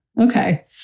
Okay